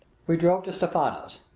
we drove to stephano's.